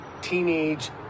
teenage